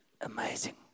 amazing